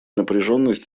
напряженность